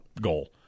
goal